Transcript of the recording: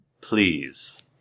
Please